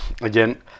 again